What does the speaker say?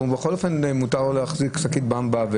בכול אופן מותר לו להחזיק שקית במבה...